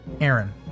Aaron